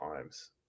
times